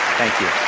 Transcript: thank you.